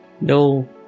No